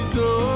go